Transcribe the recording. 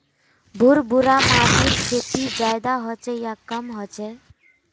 भुर भुरा माटिर खेती ज्यादा होचे या कम होचए?